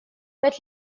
пять